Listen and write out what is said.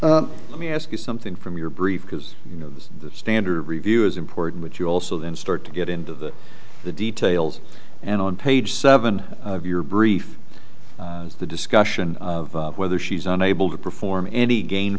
let me ask you something from your brief because you know the standard review is important but you also then start to get into the details and on page seven of your brief the discussion whether she's unable to perform any gain